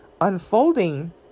unfolding